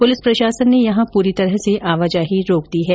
police प्रशासन ने यहां पूरी तरह से आवाजाही रोक दी है